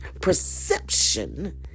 perception